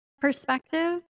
perspective